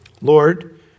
Lord